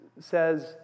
says